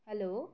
hello